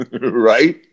Right